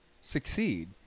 succeed